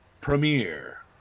premiere